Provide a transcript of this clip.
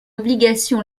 obligation